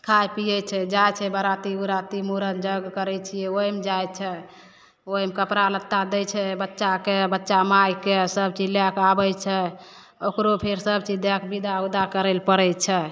खाइ पीयै छै जाइ छै बराती उराती मूड़न जग करै छियै ओहिमे जाइ छै ओहिमे कपड़ा लत्ता दै छै बच्चाके बच्चा माइके सबचीज लए कए आबै छै ओकरो फेर सबचीज दए कऽ बिदा उदा करै लए पड़ै छै